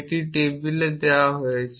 এটি টেবিল এ দেওয়া হয়েছে